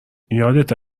یادته